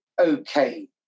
Okay